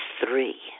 three